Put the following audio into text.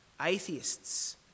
Atheists